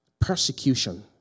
Persecution